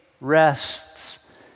rests